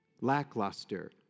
lackluster